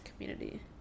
community